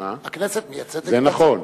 זה נכון.